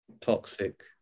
toxic